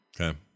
Okay